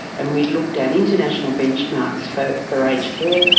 and we looked at international benchmarks for for aged care,